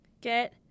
get